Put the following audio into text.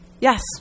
Yes